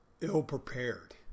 ill-prepared